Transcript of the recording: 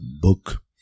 book